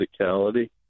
physicality